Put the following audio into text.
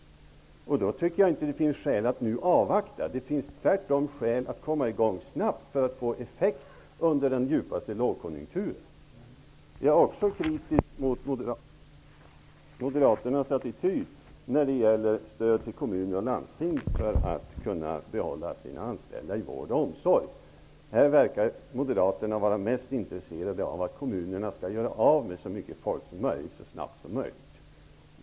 Jag tycker därför inte att det finns skäl att nu avvakta. Det finns tvärtom skäl att komma i gång snabbt för att det skall få effekt under den djupaste lågkonjunkturen. Jag är också kritisk mot moderaternas attityd när det gäller stödet till kommuner och landsting för att de skall kunna behålla sina anställda inom vården och omsorgen. Moderaterna verkar vara mest intresserade av att kommunerna skall göra sig av med så mycket folk som möjligt så snabbt som möjligt.